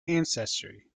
ancestry